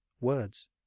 Words